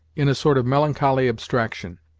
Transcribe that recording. in a sort of melancholy abstraction.